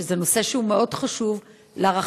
שזה נושא מאוד חשוב להערכתי,